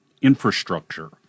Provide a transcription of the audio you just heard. infrastructure